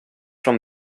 from